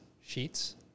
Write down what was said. sheets